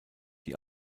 die